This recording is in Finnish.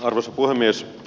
arvoisa puhemies